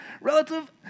relative